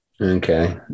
okay